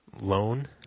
loan